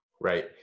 Right